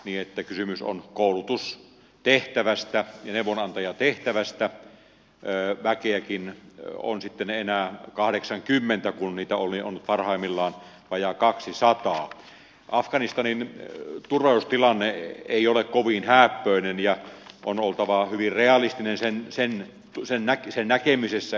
niettä kysymys on koulussa tehtävästä ja neuvonantajatehtävästä löi väkiäkin on sitten enää kahdeksankymmentä kun niitä oli parhaimmillaan vajaa kaksisataa afganistanin turnaus tilanne ei ole kovin hääppöinen ja on oltava hyvirealistinen sen asennettu sen näki sen näkemisessä